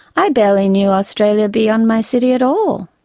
i barely knew australia beyond my city at all.